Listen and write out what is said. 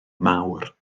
mawr